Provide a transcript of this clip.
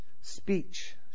speech